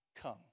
come